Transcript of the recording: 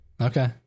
Okay